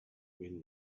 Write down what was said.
when